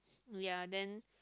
ya then